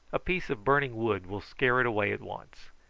a piece of burning wood will scare it away at once.